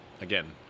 Again